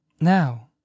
Now